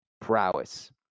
prowess